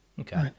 Okay